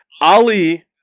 Ali